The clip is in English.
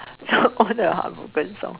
so all the heartbroken song